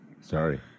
Sorry